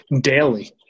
Daily